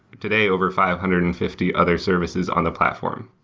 today, over five hundred and fifty other services on the platform.